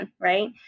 right